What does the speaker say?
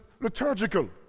liturgical